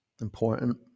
important